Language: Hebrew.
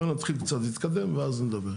בואו נתחיל קצת, נתקדם ואז נדבר.